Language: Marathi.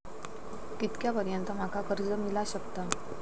कितक्या पर्यंत माका कर्ज मिला शकता?